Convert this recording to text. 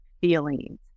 feelings